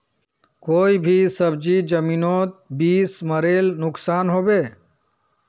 कोई भी सब्जी जमिनोत बीस मरले नुकसान होबे?